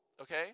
okay